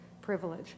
privilege